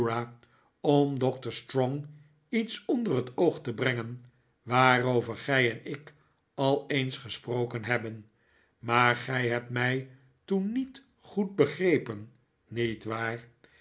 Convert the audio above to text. iets onder het oog te brengen waarover gij en ik al eens gesproken hebben maar gij hebt mij toen niet goed begfepen niet waar